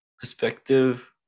perspective